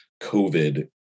COVID